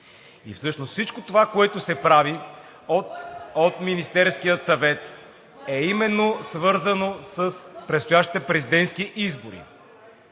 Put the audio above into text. Всъщност всичко това, което се прави от Министерския съвет, е именно свързано с предстоящите президентски избори.